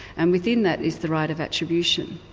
and within that is the right of attribution.